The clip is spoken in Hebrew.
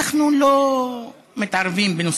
שוכרן, בבקשה.